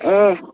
اۭں